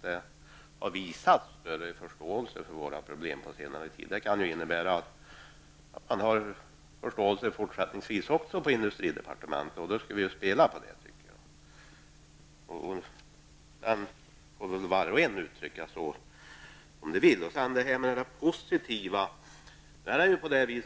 Det har visats större förståelse för våra problem på senare tid, och det kan ju innebära att man också fortsättningsvis har förståelse på industridepartementet. Då skall vi spela på det, tycker jag. När det gäller det positiva